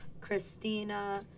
Christina